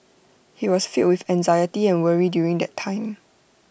he was filled with anxiety and worry during that time